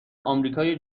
آمریکای